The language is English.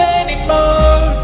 anymore